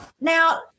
Now